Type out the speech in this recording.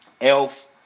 Elf